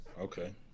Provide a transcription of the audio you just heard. Okay